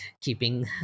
keeping